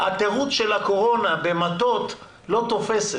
התירוץ של הקורונה במטות לא תופסת.